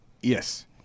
Yes